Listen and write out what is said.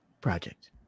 Project